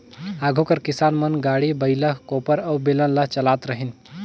आघु कर किसान मन हर गाड़ी, बइला, कोपर अउ बेलन ल चलात रहिन